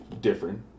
different